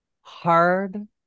hard